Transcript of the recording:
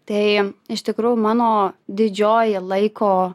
tai iš tikrųjų mano didžioji laiko